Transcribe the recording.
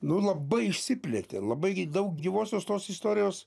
nu labai išsiplėtė labai daug gyvosios tos istorijos